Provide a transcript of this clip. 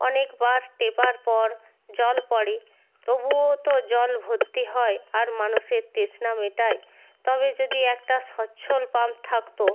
অনেকবার টেপার পর জল পড়ে তবুও তো জল ভর্তি হয় আর মানুষের তৃষ্ণা মেটায় তবে যদি একটা সচ্ছল পাম্প থাকত